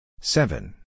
Seven